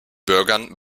bürgern